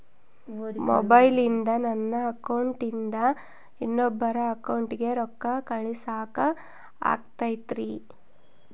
ಮೊಬೈಲಿಂದ ನನ್ನ ಅಕೌಂಟಿಂದ ಇನ್ನೊಬ್ಬರ ಅಕೌಂಟಿಗೆ ರೊಕ್ಕ ಕಳಸಾಕ ಆಗ್ತೈತ್ರಿ?